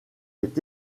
est